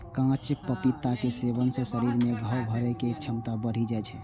कांच पपीताक सेवन सं शरीर मे घाव भरै के क्षमता बढ़ि जाइ छै